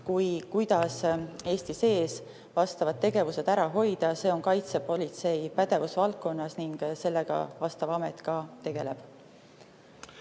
kuidas Eesti sees vastavad tegevused ära hoida. See on kaitsepolitsei pädevusvaldkonnas ning sellega vastav amet ka tegeleb.